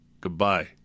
Goodbye